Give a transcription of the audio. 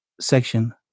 Section